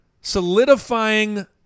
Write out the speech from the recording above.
solidifying